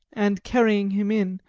and carrying him in,